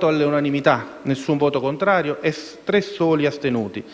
con nessuno voto contrario e tre soli astenuti.